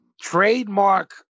trademark